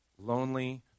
Lonely